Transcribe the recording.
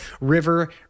River